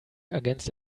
against